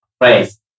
phrase